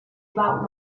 about